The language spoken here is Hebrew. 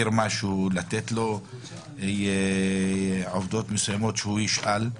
לתת לו עובדות שהוא ישאל,